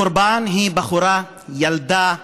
הקורבן היא בחורה, ילדה,